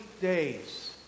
days